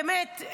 באמת,